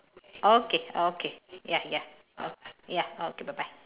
okay okay ya ya okay ya okay bye bye